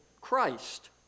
Christ